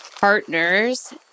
partners